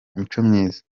micomyiza